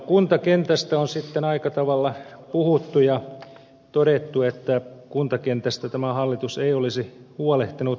kuntakentästä on aika tavalla puhuttu ja todettu että kuntakentästä tämä hallitus ei olisi huolehtinut